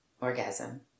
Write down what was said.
orgasm